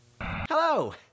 Hello